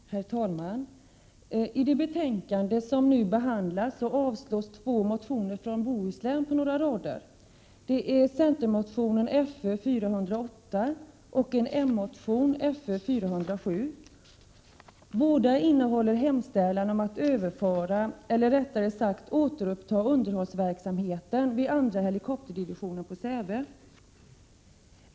Herr talman! I det betänkande som nu behandlas återfinns två motioner från Bohuslän vilka avstyrkts på några rader. Det är centermotionen Fö408 och en moderatmotion Fö407. Båda innehåller hemställan om att man skall överföra, eller rättare sagt återuppta, underhållsverksamheten vid 2:a helikopterdivisionen på Säve.